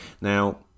now